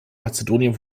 mazedonien